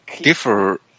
differ